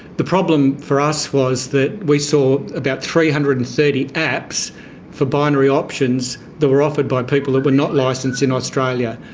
the problem for us was that we saw about three hundred and thirty apps for binary options that were offered by people who were not licensed in australia.